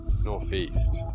Northeast